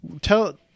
Tell